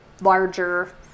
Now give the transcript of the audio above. larger